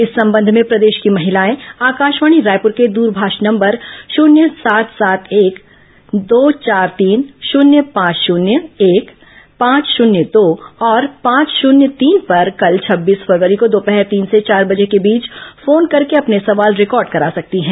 इस संबंध में प्रदेश की महिलाए आकाशवाणी रायपुर के दूरभाष नंबर शुन्य सात सात एक दो चार तीन शुन्य पांच शून्य एक पांच शून्य दो और पांच शून्य तीन पर कल छब्बीस फरवरी को दोपहर तीन से चार बजे के बीच फोन करके अपने सवाल रिकॉर्ड करा सकती हैं